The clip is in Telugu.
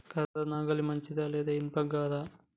కర్ర నాగలి మంచిదా లేదా? ఇనుప గొర్ర?